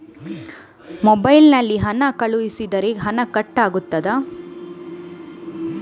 Mobile ನಲ್ಲಿ ಹಣ ಕಳುಹಿಸಿದರೆ ಹಣ ಕಟ್ ಆಗುತ್ತದಾ?